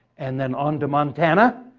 and then onto montana,